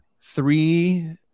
Three